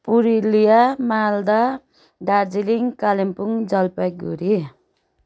Purulia Malda Darjeeling Kalimpong Jalpaiguri